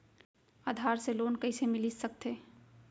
आधार से लोन कइसे मिलिस सकथे?